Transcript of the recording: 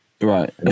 right